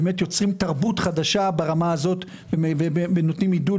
יוצרים תרבות חדשה ברמה הזאת ונותנים עידוד